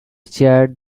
chaired